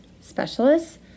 specialists